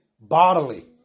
bodily